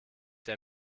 der